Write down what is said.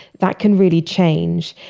that can really change.